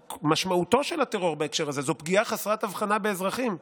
משמעותו של הטרור בהקשר הזה זו פגיעה חסרת הבחנה באזרחים,